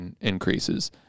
increases